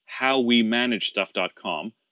HowWeManageStuff.com